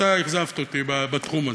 אתה אכזבת אותי בתחום הזה.